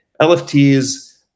LFTs